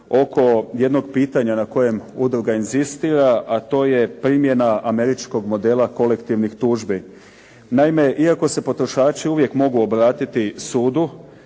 oko jednog pitanja na kojem udruga inzistira, a to je primjena američkog modela kolektivnih tužbi. Naime, iako se potrošači uvijek mogu obratiti sudu